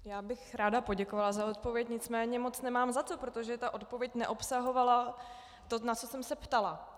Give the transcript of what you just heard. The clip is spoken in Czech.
Já bych ráda poděkovala za odpověď, nicméně moc nemám za co, protože ta odpověď neobsahovala to, na co jsem se ptala.